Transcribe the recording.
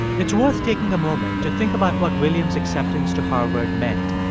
it's worth taking a moment to think about what william's acceptance to harvard meant.